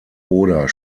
oder